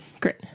Great